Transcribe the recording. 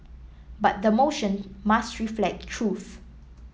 but the motion must reflect the truth